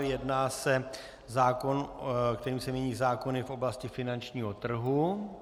Jedná se o zákon, kterým se mění zákony v oblasti finančního trhu.